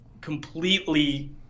completely